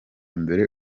mbere